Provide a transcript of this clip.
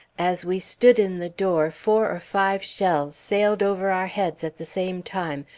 as we stood in the door, four or five shells sailed over our heads at the same time,